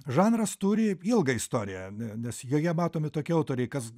žanras turi ilgą istoriją nes joje matomi tokie autoriai kas